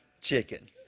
Chicken